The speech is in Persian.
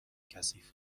کثیف